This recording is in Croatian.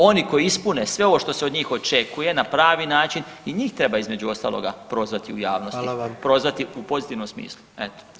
Oni koji ispune sve ovo što se od njih očekuje na pravi način i njih treba između ostaloga prozvati u javnosti, prozvati u pozitivnom smislu, eto.